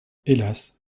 hélas